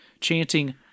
chanting